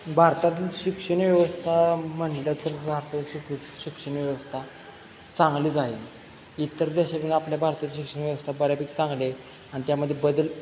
भारतातील शिक्षण व्यवस्था म्हणलं तर आताची शिक शिक्षण व्यवस्था चांगलीच आहे इतर देशातून आपल्या भारतात शिक्षण व्यवस्था बऱ्यापैकी चांगली आहे आणि त्यामध्ये बदल